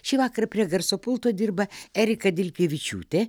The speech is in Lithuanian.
šįvakar prie garso pulto dirba erika dilkevičiūtė